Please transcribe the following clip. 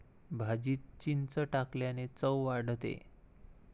भाजीत चिंच टाकल्याने चव वाढते